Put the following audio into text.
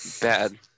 bad